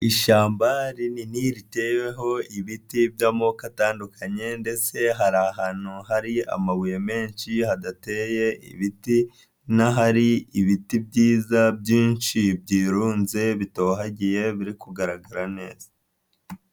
Ishyamba rinini riteweho ibiti by'amoko atandukanye ndetse hari ahantu hari amabuye menshi, hadateye ibiti n'ahari ibiti byiza byinshi byirunze, bitohagiye biri kugaragara neza.